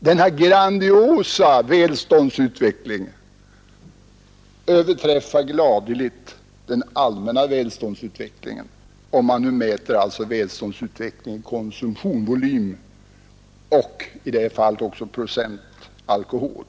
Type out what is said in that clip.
Denna grandiosa välståndsutveckling överträffar gladeligt den allmänna välståndsutvecklingen, om man nu mäter välståndsutvecklingen i konsumtionsvolym, och i detta fall också procent alkohol.